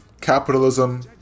Capitalism